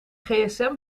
gsm